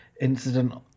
incident